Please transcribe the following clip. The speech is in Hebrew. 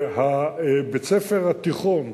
ובית-הספר התיכון,